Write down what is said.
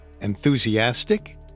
enthusiastic